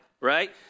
right